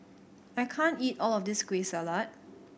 I can't eat all of this Kueh Salat